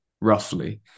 roughly